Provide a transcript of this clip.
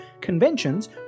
conventions